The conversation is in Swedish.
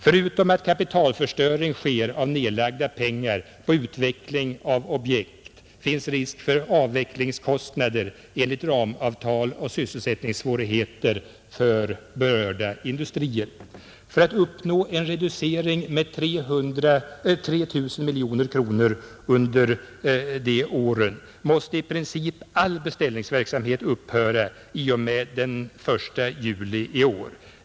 Förutom att kapitalförstöring sker av nedlagda pengar på utveckling av objekt finns risk för avvecklingskostnader enligt ramavtal samt sysselsättningssvårigheter för berörda industrier. För att uppnå en reducering med 3 000 miljoner kronor under de åren måste i princip all beställningsverksamhet upphöra fr.o.m. den 1 juli i år.